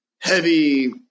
heavy